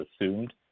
assumed